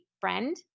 friend